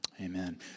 Amen